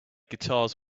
guitars